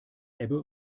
ebbe